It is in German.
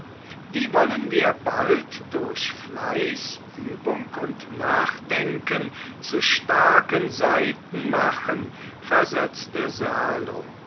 die wollen wir bald durch fleiß übung und nachdenken zu starken seiten machen versetzte serlo